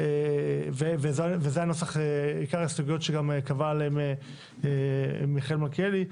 וזה גם עיקר ההסתייגויות של מיכאל מלכיאלי.